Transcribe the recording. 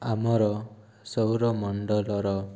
ଆମର ସୌରମଣ୍ଡଳର